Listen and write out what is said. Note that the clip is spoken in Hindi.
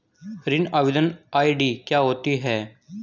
ऋण आवेदन आई.डी क्या होती है?